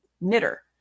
knitter